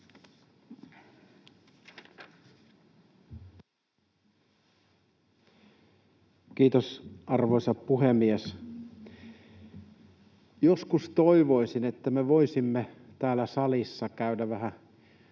Kiitos, arvoisa puhemies! Joskus toivoisin, että me voisimme täällä salissa käydä vähän